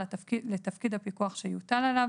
לתפקיד הפיקוח שיוטל עליו,